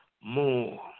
more